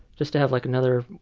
just to have like another